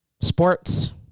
sports